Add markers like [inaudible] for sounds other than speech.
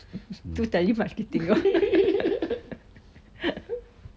do telemarketing [laughs]